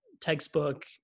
textbook